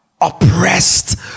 oppressed